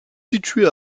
situé